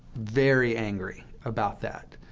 very angry about that.